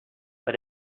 but